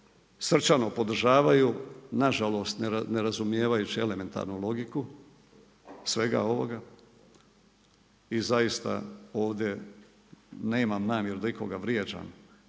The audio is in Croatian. srčano podržavaju. Nažalost, ne razumijevajući elementarnu logiku svega ovoga. I zaista ovdje nemam namjeru ovdje na ikoga vrijeđam,